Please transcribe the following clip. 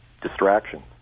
distraction